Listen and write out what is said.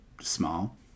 small